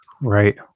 Right